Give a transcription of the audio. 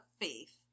faith